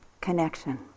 connection